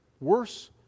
Worse